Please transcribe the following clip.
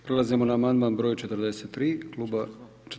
Prelazimo na amandman broj 42.